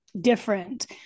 different